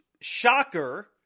shocker